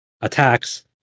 attacks